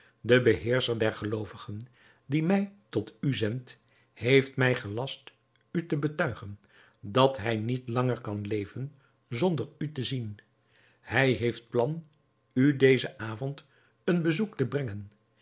de beheerscher der geloovigen die mij tot u zendt heeft mij gelast u te betuigen dat hij niet langer kan leven zonder u te zien hij heeft plan u dezen avond een bezoek te brengen